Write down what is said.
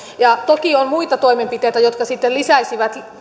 ja toki on muita toimenpiteitä jotka sitten lisäisivät